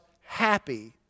happy